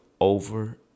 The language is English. over